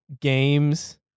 games